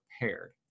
prepared